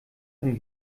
von